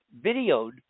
videoed